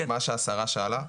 מה שהשרה שאלה,